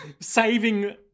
saving